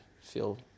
feel